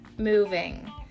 moving